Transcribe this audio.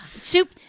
Soup